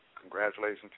congratulations